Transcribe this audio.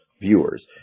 viewers